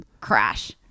crash